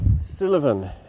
Sullivan